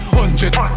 Hundred